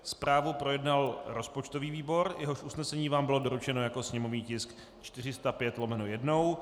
Zprávu projednal rozpočtový výbor, jehož usnesení vám bylo doručeno jako sněmovní tisk 405/1.